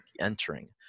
entering